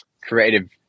creative